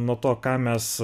nuo to ką mes